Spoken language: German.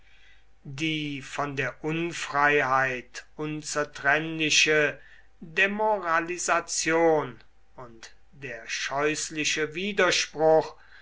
die von der unfreiheit unzertrennliche demoralisation und der scheußliche widerspruch